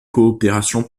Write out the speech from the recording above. coopération